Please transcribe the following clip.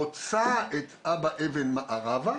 חוצה את אבא אבן מערבה,